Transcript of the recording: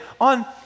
on